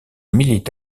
milite